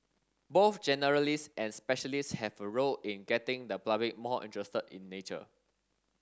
both generalists and specialists have a role in getting the public more interested in nature